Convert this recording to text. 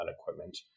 equipment